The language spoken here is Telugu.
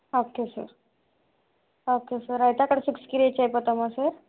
ఓకే సార్ ఓకే సార్ అయితే అక్కడ సిక్స్కి రీచ్ అయిపోతామా సార్